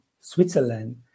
Switzerland